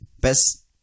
best